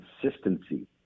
consistency